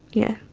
yeah.